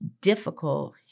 difficult